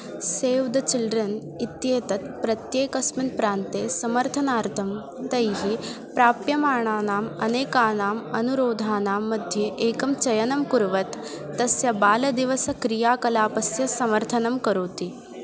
save the Children इत्येतत् प्रत्येकस्मिन् प्रान्ते समर्थनार्थं तैः प्राप्यमाणानाम् अनेकानाम् अनुरोधानां मध्ये एकं चयनं कुर्वत् तस्य बालदिवसक्रियाकलापस्य समर्थनं करोति